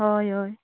हय हय